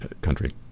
country